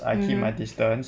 mmhmm